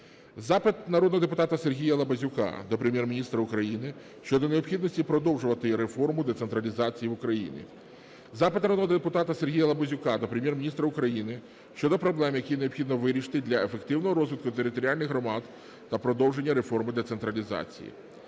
Запит народного депутата Сергія Лабазюка до Прем'єр-міністра України щодо необхідності продовжувати реформу децентралізації в Україні. Запит народного депутата Сергія Лабазюка до Прем'єр-міністра України щодо проблем, які необхідно вирішити для ефективного розвитку територіальних громад та продовження реформи децентралізації.